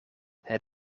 het